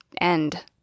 end